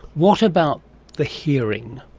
what about the hearing?